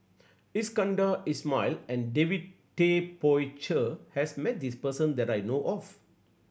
Iskandar Ismail and David Tay Poey Cher has met this person that I know of